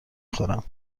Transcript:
خورم